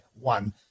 one